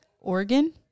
Oregon